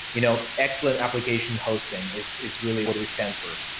you know excellent application hosting is is really what we stand for.